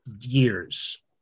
years